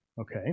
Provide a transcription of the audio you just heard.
okay